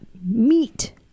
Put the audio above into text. meat